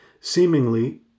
seemingly